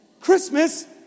Christmas